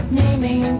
naming